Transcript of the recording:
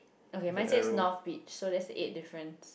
okay mine says north beach so that's the eight difference